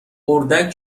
اردک